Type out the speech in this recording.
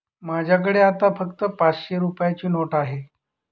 माझ्याकडे आता फक्त पाचशे रुपयांची नोट आहे